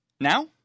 Now